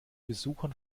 besuchern